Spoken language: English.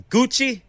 Gucci